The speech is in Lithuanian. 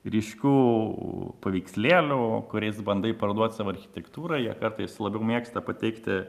ryškių paveikslėlių kuriais bandai parduot savo architektūrą jie kartais labiau mėgsta pateikti